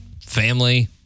family